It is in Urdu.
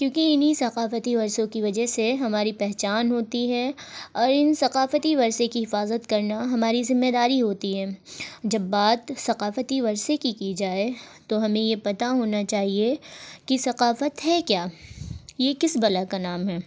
کیونکہ انہیں ثقافتی ورثوں کے وجہ سے ہماری پہچان ہوتی ہے اور ان ثقافتی ورثے کی حفاظت کرنا ہماری ذمہ داری ہوتی ہے جب بات ثقافتی ورثے کی کی جائے تو ہمیں یہ پتہ ہونا چاہیے کہ ثقافت ہے کیا یہ کس بلا کا نام ہے